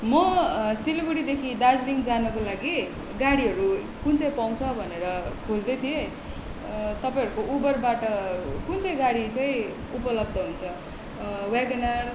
मो सिलगढीदेखि दार्जिलिङ जानका लागि गाडीहरू कुन चाहिँ पाउँछ भनेर खोज्दै थिएँ तपाईँहरूको उबरबाट कुन चाहिँ गाडा चाहिँ उपलब्ध हुन्छ वेगनर